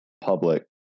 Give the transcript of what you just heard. public